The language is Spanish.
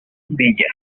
villa